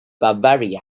bavaria